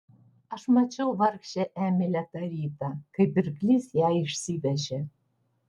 aš mačiau vargšę emilę tą rytą kai pirklys ją išsivežė